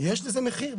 יש לזה מחיר,